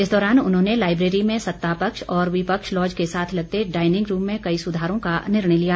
इस दौरान उन्होंने लाइब्रेरी में सत्ता पक्ष और विपक्ष लॉज के साथ लगते डायनिंग रूम में कई सुधारों का निर्णय लिया